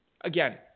again